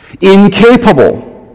incapable